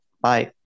Bye